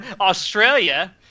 Australia